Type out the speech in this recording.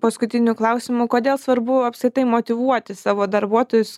paskutiniu klausimu kodėl svarbu apskritai motyvuoti savo darbuotojus